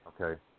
okay